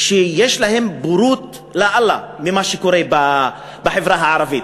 שיש להם בורות לאללה במה שקורה בחברה הערבית.